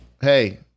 Hey